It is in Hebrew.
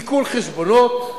עיקול חשבונות,